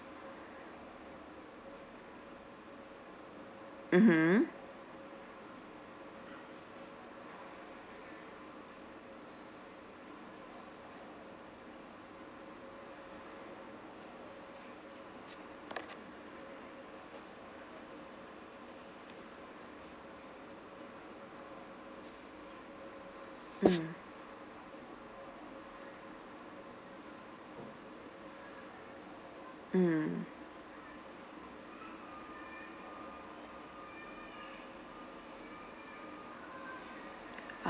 mmhmm mm mm